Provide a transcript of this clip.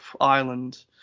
island